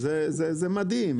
זה מדהים.